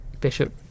Bishop